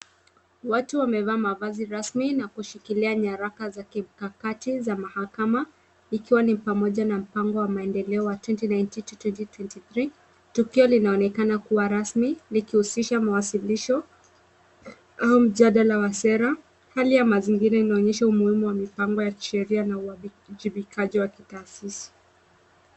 Watu wamevaa mavazi rasmi na kushikilia nyaraka za kimkakati za mahakama, ikiwa ni pamoja na mpango wa maendeleo wa twenty nineteen to twenty twenty three , tukio linaonekana kuwa rasmi likihusisha mawasilisho au mjadala wa sera, hali ya mazingira inaonyesha umuhimu wa mipango ya sheria na uajibikaji wa kitaasisi.